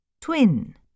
Twin